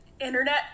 internet